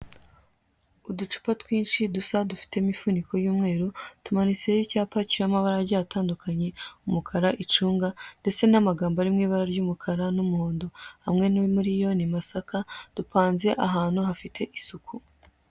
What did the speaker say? Uducupa twinshi dusa dufite imifuniko y'umweru tumanitseho icyapa kiriho amabara agiye atandukanye umukara, icunga ndetse n'amagambo ari mu ibara ry'umukara n'umuhondo, amwe muri yo ni masaka dupanze ahantu hafite isuku.